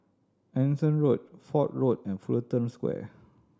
Anson Road Fort Road and Fullerton Square